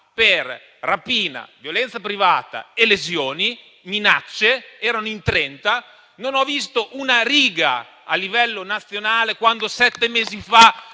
per rapina, violenza privata, lesioni e minacce (erano in trenta). Non ho visto una riga a livello nazionale, quando sette mesi fa